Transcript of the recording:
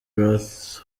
ruth